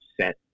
set